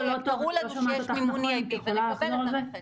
תראו לנו שיש מימון EIB ונקבל את הרכש.